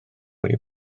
wedi